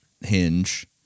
Hinge